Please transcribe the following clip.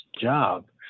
job